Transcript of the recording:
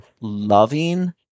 loving